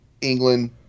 England